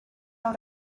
awr